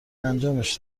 انجامش